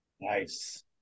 Nice